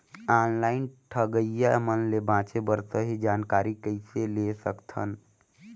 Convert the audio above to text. Online ठगईया मन ले बांचें बर सही जानकारी कइसे ले सकत हन?